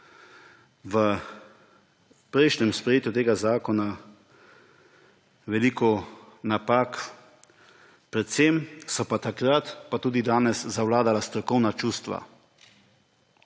v prejšnjem sprejetju tega zakona veliko napak, predvsem so pa takrat in tudi danes zavladala strokovna čustva